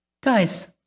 Guys